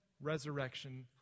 resurrection